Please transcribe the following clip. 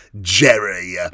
Jerry